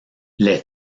les